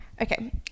Okay